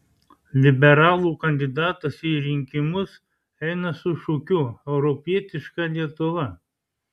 liberalų kandidatas į rinkimus eina su šūkiu europietiška lietuva